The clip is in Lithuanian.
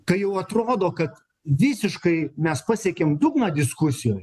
kai jau atrodo kad visiškai mes pasiekėm dugną diskusijoj